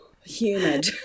humid